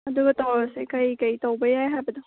ꯑꯗꯨꯒ ꯇꯧꯔꯁꯤ ꯀꯔꯤ ꯀꯔꯤ ꯇꯧꯕ ꯌꯥꯏ ꯍꯥꯏꯕꯗꯣ